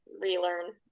relearn